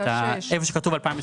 איפה שכתוב 2022